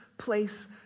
place